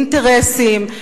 אינטרסים,